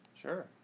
Sure